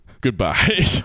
Goodbye